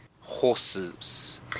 horses